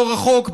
לא רחוק,